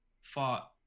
fought